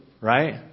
right